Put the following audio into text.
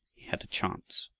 had a chance.